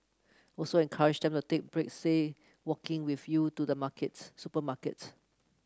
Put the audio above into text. also encourage them to take breaks say walking with you to the market supermarket